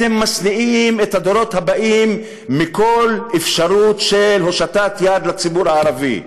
אתם משניאים על הדורות הבאים כל אפשרות של הושטת יד לציבור הערבי,